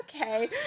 Okay